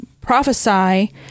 prophesy